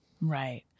Right